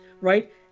Right